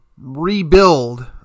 rebuild